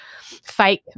fake